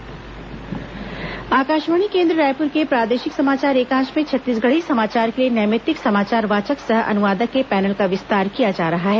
Akashvani Chhattisgarhi panel Akashvani केन्द्र रायपुर के प्रादेशिक समाचार एकांश में छत्तीसगढ़ी समाचार के लिए नैमित्तिक समाचार वाचक सह अनुवादक के पैनल का विस्तार किया जा रहा है